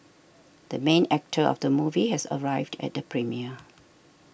the main actor of the movie has arrived at the premiere